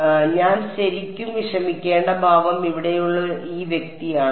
അതിനാൽ ഞാൻ ശരിക്കും വിഷമിക്കേണ്ട ഭാവം ഇവിടെയുള്ള ഈ വ്യക്തിയാണ്